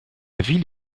ville